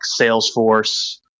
Salesforce